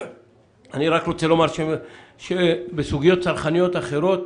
אני רק רוצה לומר שבסוגיות צרכניות אחרות,